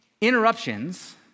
interruptions